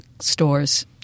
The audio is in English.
stores